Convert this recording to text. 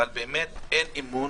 אבל באמת אין אמון.